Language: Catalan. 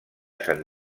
sant